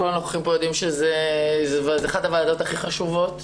כל הנוכחים פה יודעים שזו אחת הוועדות הכי חשובות